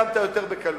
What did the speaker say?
קמת יותר בקלות.